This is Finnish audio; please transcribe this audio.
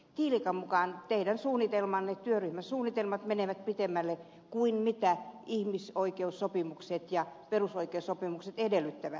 tiilikan mukaan teidän suunnitelmanne työryhmäsuunnitelmat menevät pitemmälle kuin mitä ihmisoikeussopimukset ja perusoikeussopimukset edellyttävät